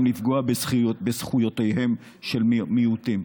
גם לפגוע בזכויותיהם של מיעוטים.